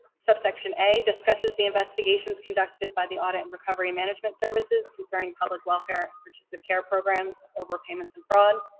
subsection a discusses the investigations conducted by the audit and recovery management services concerning public welfare emergence of care programs over payments and fraud.